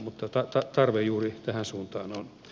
mutta tarve juuri tähän suuntaan on